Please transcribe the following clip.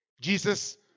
Jesus